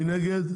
מי נגד?